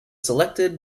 selected